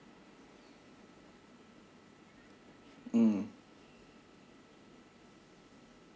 mm